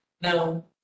No